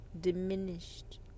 diminished